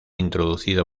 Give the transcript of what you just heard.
introducido